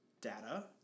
data